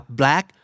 black